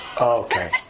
Okay